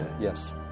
yes